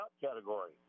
category